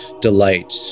delight